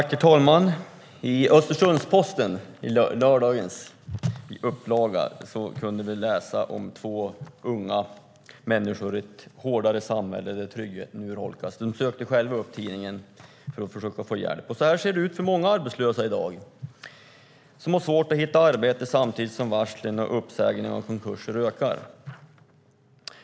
Herr talman! I lördagens upplaga av Östersunds-Posten kunde vi läsa om två unga människor i ett hårdare samhälle där tryggheten urholkas. De sökte själva upp tidningen för att försöka få hjälp. Så ser det ut för många arbetslösa i dag. De har svårt att hitta arbete samtidigt som varsel, uppsägningar och konkurser ökar.